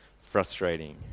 frustrating